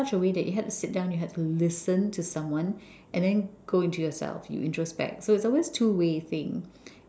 ~ch a way that you had to sit down you had to listen to someone and then go into yourself you introspect so it's always two way thing